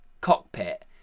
cockpit